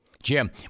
Jim